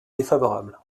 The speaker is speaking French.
défavorable